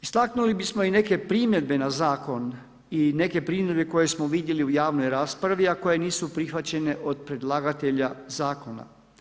Istaknuli bismo i neke primjedbe na zakon i neke primjedbe koje smo vidjeli u javnoj raspravi, a koje nisu prihvaćene od predlagatelja zakona.